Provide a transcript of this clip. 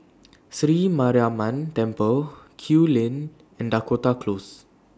Sri Mariamman Temple Kew Lane and Dakota Close